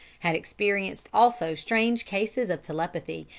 had experienced also strange cases of telepathy,